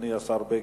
אדוני השר בגין,